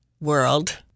world